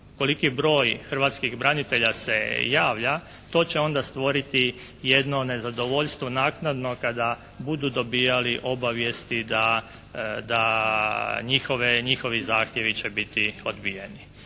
koliki broj hrvatskih branitelja se javlja, to će onda stvoriti jedno nezadovoljstvo naknadno kada budu dobijali obavijesti da njihovi zahtjevi će biti odbijeni.